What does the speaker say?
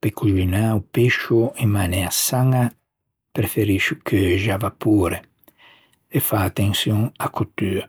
Pe coxinâ o pescio in mainea saña, preferiscio cheuxe à vapore e fâ attençion a-a cottua.